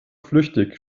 flüchtig